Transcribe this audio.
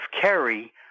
Kerry